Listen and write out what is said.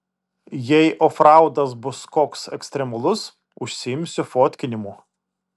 jei ofraudas bus koks ekstremalus užsiimsiu fotkinimu